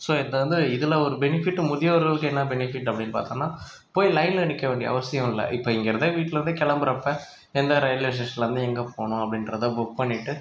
so இது வந்து இதில் ஒரு பெனிஃபிட் முதியோர்களுக்கு என்ன பெனிஃபிட் அப்படின்னு பார்த்தோம்னா போய் லைனில் நிற்க வேண்டிய அவசியம் இல்லை இப்போ இங்கிருந்தே வீட்லேருந்தே கிளம்புறப்ப எந்த ரயில்வே ஸ்டேஷன்லிருந்து எங்கே போகணும் அப்படின்றத புக் பண்ணிவிட்டு